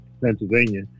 Pennsylvania